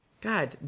God